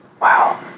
Wow